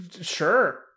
Sure